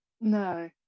No